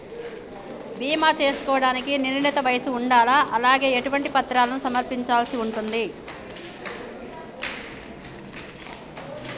బీమా చేసుకోవడానికి నిర్ణీత వయస్సు ఉండాలా? అలాగే ఎటువంటి పత్రాలను సమర్పించాల్సి ఉంటది?